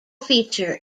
feature